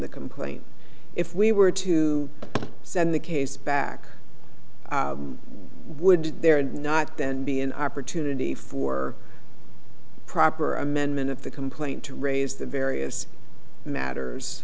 the complaint if we were to send the case back would there not then be an opportunity for proper amendment of the complaint to raise the various matters